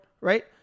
right